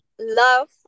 love